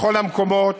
בכל המקומות.